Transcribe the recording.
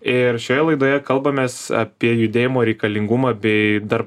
ir šioje laidoje kalbamės apie judėjimo reikalingumą bei dar